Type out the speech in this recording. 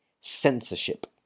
Censorship